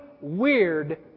weird